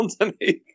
underneath